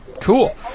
Cool